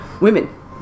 women